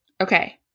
Okay